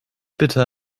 bitte